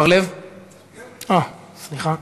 תודה רבה.